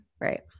Right